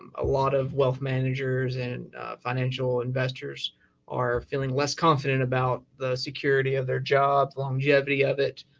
um a lot of wealth managers and financial investors are feeling less confident about the security of their job, longevity of it,